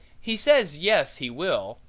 he says yes, he will,